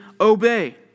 obey